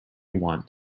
want